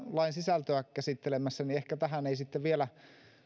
lain sisältöä käsittelemässä tähän ei vielä